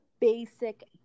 basic